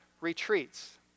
retreats